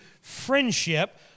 friendship